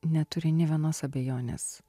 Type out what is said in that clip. neturi nė vienos abejonės